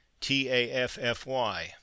T-A-F-F-Y